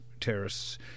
terrorists